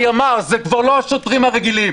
הימ"ר, זה כבר לא השוטרים הרגילים.